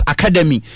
Academy